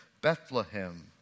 Bethlehem